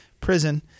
prison